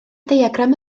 diagram